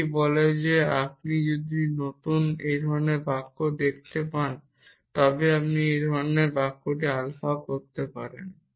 এটি বলে যে আপনি যদি এই ধরণের বাক্য দেখতে পান তবে আপনি এই ধরণের বাক্যটি আলফা করতে পারেন